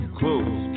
close